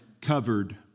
covered